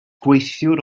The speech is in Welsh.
gweithiwr